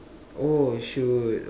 oh sure